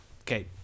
okay